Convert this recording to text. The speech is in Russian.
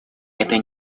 этого